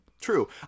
true